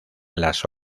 las